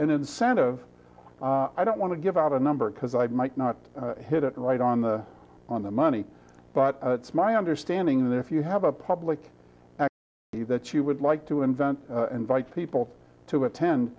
an incentive i don't want to give out a number because i might not hit it right on the on the money but it's my understanding that if you have a public that you would like to invent invite people to attend